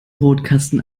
brotkasten